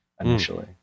initially